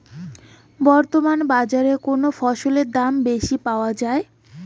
বর্তমান বাজারে কোন ফসলের দাম বেশি পাওয়া য়ায়?